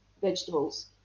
vegetables